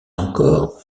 encore